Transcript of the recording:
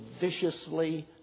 viciously